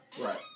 Right